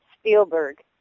Spielberg